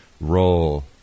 roll